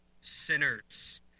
sinners